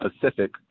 Pacific